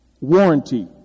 warranty